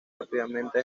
rápidamente